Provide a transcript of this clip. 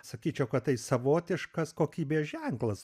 sakyčiau kad tai savotiškas kokybės ženklas